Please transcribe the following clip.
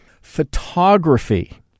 photography